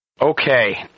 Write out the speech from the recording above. Okay